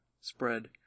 spread